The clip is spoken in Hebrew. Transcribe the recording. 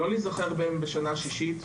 לא להיזכר בהם בשנה השישית.